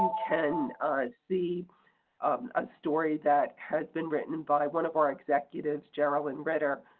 can see um a story that has been written and by one of our executives, geralyn ritter.